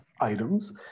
items